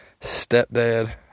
stepdad